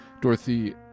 Dorothy